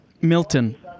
Milton